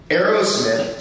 Aerosmith